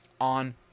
on